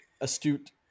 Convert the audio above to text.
astute